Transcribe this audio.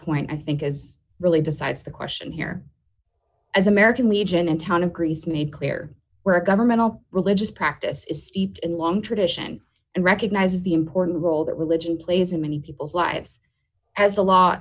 point i think is really decides the question here as american legion and town of greece made clear where a governmental religious practice is steeped in long tradition and recognize the important role that religion plays in many people's lives as the law